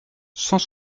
cent